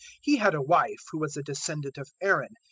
he had a wife who was a descendant of aaron,